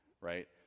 Right